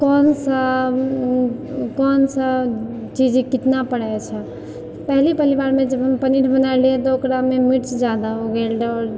कौन सा कौन सा चीज कितना पड़ै छै पहली पहली बारमे जब हम पनीर बनाएल रहियै तऽ ओकरामे मिर्च जादा हो गेल रहै